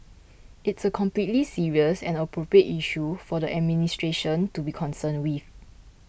it's a completely serious and appropriate issue for the administration to be concerned with